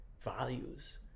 values